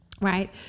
right